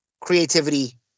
creativity